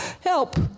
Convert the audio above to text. Help